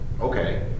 okay